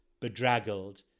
bedraggled